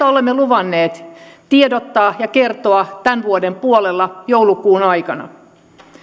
olemme luvanneet tiedottaa ja kertoa tämän vuoden puolella joulukuun aikana